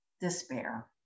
despair